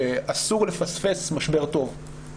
ש"אסור לפספס משבר טוב".